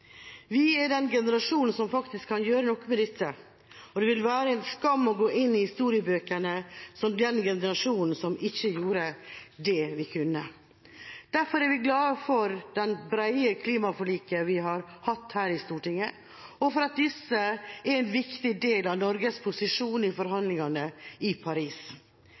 det. Vi er den generasjonen som faktisk kan gjøre noe med dette, og det ville være en skam å gå inn i historiebøkene som den generasjonen som ikke gjorde det de kunne. Derfor er vi glad for de brede klimaforlikene vi har hatt her i Stortinget, og for at disse er en viktig del av Norges posisjon i forhandlingene i Paris.